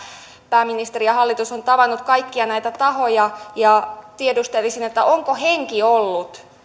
pääministeri ja hallitus ovat tavanneet kaikkia näitä tahoja tiedustelisin onko henki ollut